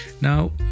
Now